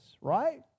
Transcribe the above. right